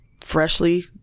freshly